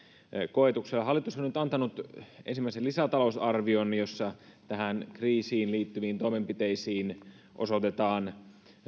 koetuksella hallitus on nyt antanut ensimmäisen lisätalousarvion jossa tähän kriisiin liittyviin toimenpiteisiin osoitetaan